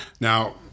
Now